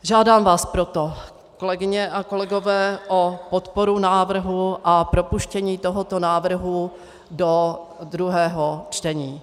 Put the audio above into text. Žádám vás proto, kolegyně a kolegové, o podporu návrhu a propuštění tohoto návrhu do druhého čtení.